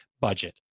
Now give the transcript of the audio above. budget